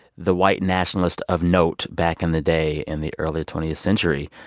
the white nationalist of note back in the day in the early twentieth century,